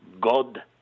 god